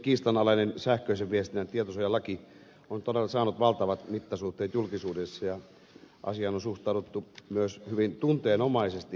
kiistanalainen sähköisen viestinnän tietosuojalaki on todella saanut valtavat mittasuhteet julkisuudessa ja asiaan on suhtauduttu myös hyvin tunteenomaisesti